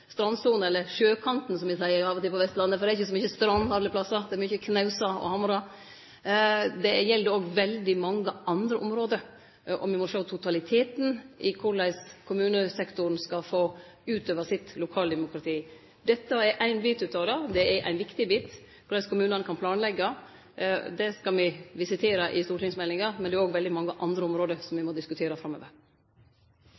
eller sjøkanten, som me av og til seier på Vestlandet – det er ikkje så mykje strand alle stader, det er mange knausar og hamrar – det gjeld òg veldig mange andre område. Me må sjå totaliteten i korleis kommunesektoren skal få utøve sitt lokaldemokrati. Dette er ein bit av det. Og korleis kommunane kan planleggje, er ein viktig bit. Det skal me visitere i stortingsmeldinga, men det er òg veldig mange andre område som